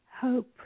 hope